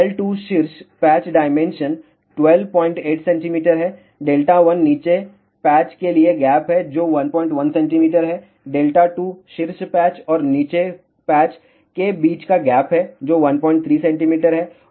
L2 शीर्ष patch dimension 128 cm है Δ1 नीचे पैच के लिए गैप है जो 11 cm है Δ2 शीर्ष पैच और नीचे पैच के बीच का गैप है जो 13 cm है